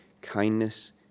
kindness